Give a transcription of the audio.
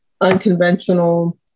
unconventional